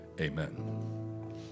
Amen